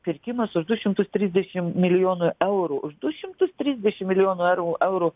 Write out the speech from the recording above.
pirkimas už du šimtus trisdešimt milijonų eurų už du šimtus trisdešimt milijonų eurų eurų